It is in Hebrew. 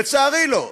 לצערי, לא.